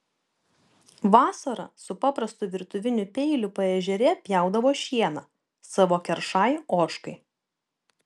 vasarą su paprastu virtuviniu peiliu paežerėje pjaudavo šieną savo keršai ožkai